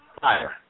fire